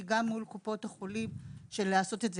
גם מול קופות חולים בשביל לעשות את זה,